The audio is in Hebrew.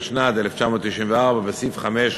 התשנ"ד 1994. בסעיף 5,